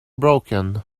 broken